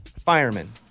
Firemen